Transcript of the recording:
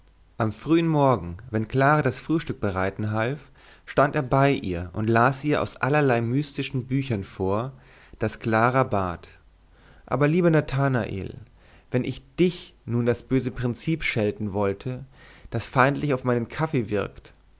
am frühen morgen wenn clara das frühstück bereiten half stand er bei ihr und las ihr aus allerlei mystischen büchern vor daß clara bat aber lieber nathanael wenn ich dich nun das böse prinzip schelten wollte das feindlich auf meinen kaffee wirkt